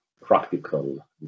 practical